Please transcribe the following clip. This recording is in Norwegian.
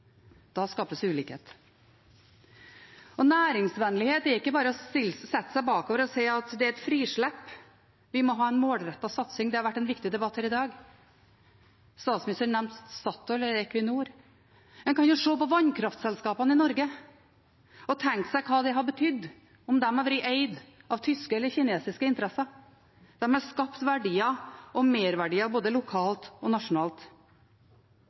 Da skapes ulikhet. Næringsvennlighet er ikke bare å lene seg bakover og si at det er et frislipp. Vi må ha en målrettet satsing – det har vært en viktig debatt her i dag. Statsministeren nevnte Statoil/Equinor. En kan se på vannkraftselskapene i Norge og tenke seg hva det hadde betydd om de hadde vært eid av tyske eller kinesiske interesser. De har skapt verdier og merverdier både lokalt og nasjonalt.